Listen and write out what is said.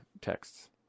texts